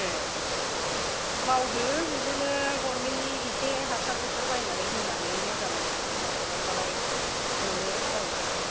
ए मावदो बिदिनो गभर्नमेन्टनि एसे हासार हुसार बायनानै होनानै मोजां खेति खालामबालाय मोनो गावनो आन्था